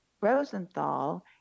Rosenthal